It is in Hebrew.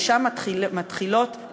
ושם מתחילות,